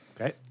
Okay